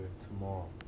tomorrow